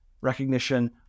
recognition